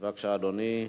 בבקשה, אדוני.